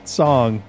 song